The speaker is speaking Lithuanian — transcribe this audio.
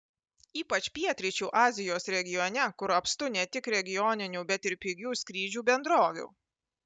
ypač pietryčių azijos regione kur apstu ne tik regioninių bet ir pigių skrydžių bendrovių